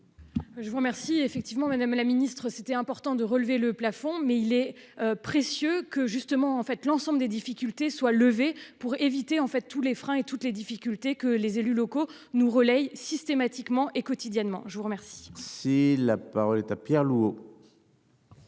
Je vous remercie effectivement Madame la Ministre c'était important de relever le plafond mais il est. Précieux que justement en fait l'ensemble des difficultés soit levée pour éviter en fait tous les freins et toutes les difficultés que les élus locaux nous relaye systématiquement et quotidiennement, je vous remets. Si la parole est à Pierre lourd.